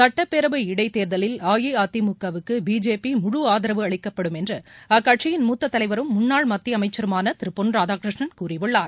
சட்டப்பேரவை இடைத்தேர்தலில் அஇஅதிமுக வுக்கு பிஜேபி முழு ஆதரவு அளிக்கப்படும் என்று அக்கட்சியின் மூத்த தலைவரும் முன்னாள் மத்திய அமைச்சருமான திரு பொன் ராதாகிருஷ்ணன் கூறியுள்ளார்